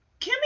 Kimmy